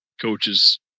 Coaches